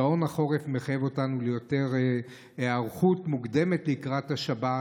שעון החורף מחייב אותנו להיערכות יותר מוקדמת לקראת השבת,